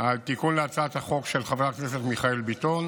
על תיקון להצעת החוק של חבר הכנסת מיכאל ביטון